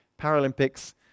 Paralympics